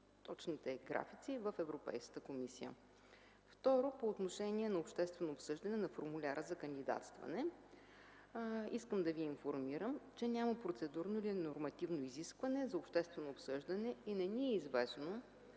точните графици. Второ, по отношение на общественото обсъждане на формуляра за кандидатстване, искам да Ви информирам, че няма процедурно или нормативно изискване за обществено обсъждане и не ни е известно